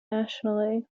nationally